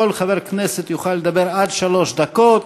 וכל חבר כנסת יוכל לדבר עד שלוש דקות.